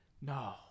No